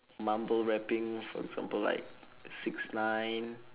mumble rapping for example like six nine